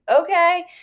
okay